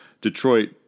Detroit